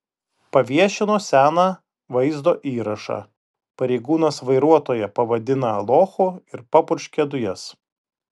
paviešino seną vaizdo įrašą pareigūnas vairuotoją pavadina lochu ir papurškia dujas